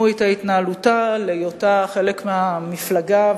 את התנהלותה בהיותה חלק מהמפלגה,